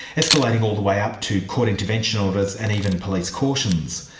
escalating all the way up to court intervention orders, and even police cautions.